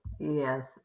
Yes